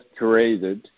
curated